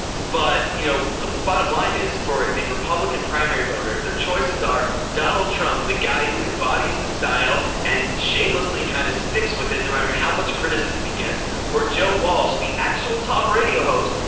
but you know the bottom line is for the republican primary voter if their choices are donald trump the guy who embodies the style and shamelessly kind of sticks with it no matter how much criticism he gets or joe walsh the actual talk radio host.